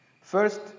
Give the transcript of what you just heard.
First